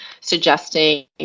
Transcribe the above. suggesting